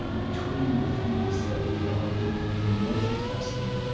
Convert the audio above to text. um between the things that we are doing when we're multitasking.